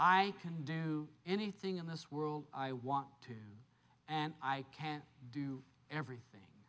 i can do anything in this world i want to and i can do everything